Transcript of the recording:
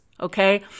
Okay